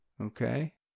okay